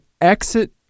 exit